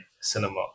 cinema